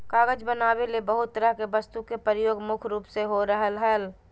कागज बनावे ले बहुत तरह के वस्तु के प्रयोग मुख्य रूप से हो रहल हल